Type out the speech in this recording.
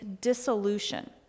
dissolution